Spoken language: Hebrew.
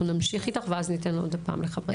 נמשיך איתך ואז ניתן עוד הפעם לחברי הכנסת.